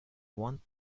one